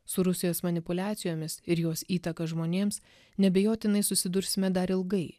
su rusijos manipuliacijomis ir jos įtaka žmonėms neabejotinai susidursime dar ilgai